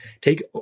Take